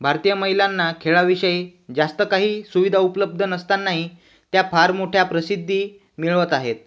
भारतीय महिलांना खेळाविषयी जास्त काही सुविधा उपलब्ध नसतांनाही त्या फार मोठ्या प्रसिद्धी मिळवत आहेत